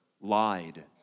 lied